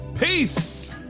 Peace